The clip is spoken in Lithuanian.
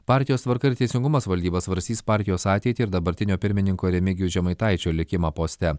partijos tvarka ir teisingumas valdyba svarstys partijos ateitį ir dabartinio pirmininko remigijaus žemaitaičio likimą poste